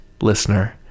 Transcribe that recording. listener